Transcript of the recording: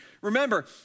Remember